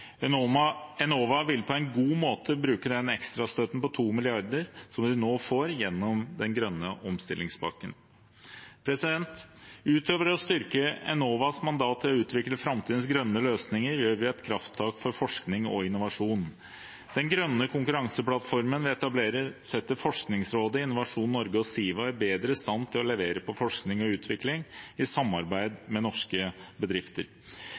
Enova vil på en god måte bruke ekstrastøtten på 2 mrd. kr som de nå får gjennom den grønne omstillingspakken. Utover å styrke Enovas mandat til å utvikle framtidens grønne løsninger gjør vi et krafttak for forskning og innovasjon. Den grønne konkurranseplattformen vi etablerer, setter Forskningsrådet, Innovasjon Norge og Siva bedre i stand til å levere på forskning og utvikling i samarbeid med norske bedrifter.